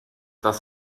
das